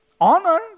Honor